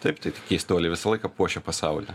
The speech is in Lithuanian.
taip tai keistuoliai visą laiką puošia pasaulį